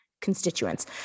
constituents